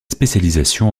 spécialisation